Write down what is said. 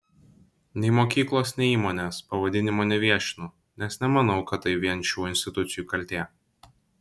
nei mokyklos nei įmonės pavadinimo neviešinu nes nemanau kad tai vien šių institucijų kaltė